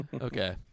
Okay